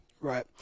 Right